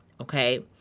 Okay